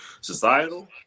Societal